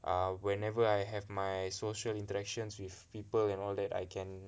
err whenever I have my social interactions with people and all that I can